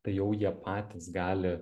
tai jau jie patys gali